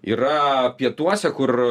yra pietuose kur